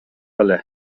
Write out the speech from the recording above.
эле